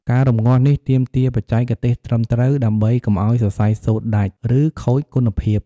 ការរំងាស់នេះទាមទារបច្ចេកទេសត្រឹមត្រូវ ដើម្បីកុំឲ្យសរសៃសូត្រដាច់ ឬខូចគុណភាព។